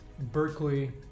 Berkeley